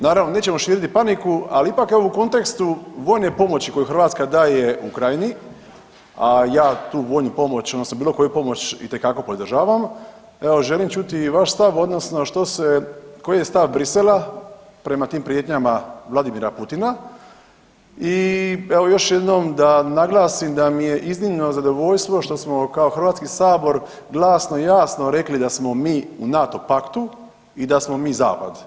Naravno nećemo širiti paniku ali ipak u kontekstu vojne pomoći koju Hrvatska daje Ukrajini, a ja tu vojnu pomoć odnosno bilo koju pomoć itekako podržavam evo želim čuti i vaš stav odnosno što se, koji je stav Bruxellesa prema tim prijetnjama Vladimira Putina i evo još jednom da naglasim da mi je iznimno zadovoljstvo što smo kao Hrvatski sabor glasno i jasno rekli da smo mi u NATO paktu i da smo mi zapad.